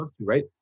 Right